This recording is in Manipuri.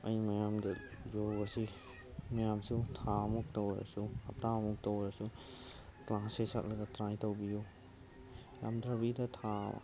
ꯑꯩ ꯃꯌꯥꯝꯗꯗꯣ ꯃꯁꯤ ꯃꯌꯥꯝꯁꯨ ꯊꯥ ꯑꯃꯃꯨꯛ ꯇꯧꯔꯁꯨ ꯍꯞꯇꯥ ꯑꯃꯨꯛ ꯇꯧꯔꯁꯨ ꯀ꯭ꯂꯥꯁꯁꯦ ꯆꯠꯂꯒ ꯇ꯭ꯔꯥꯏ ꯇꯧꯕꯤꯌꯨ ꯌꯥꯝꯗꯕꯤꯗ ꯊꯥ